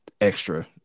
extra